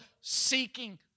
seeking